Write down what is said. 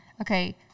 Okay